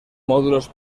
módulos